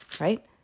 right